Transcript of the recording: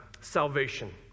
salvation